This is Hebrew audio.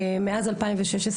מאז 2016,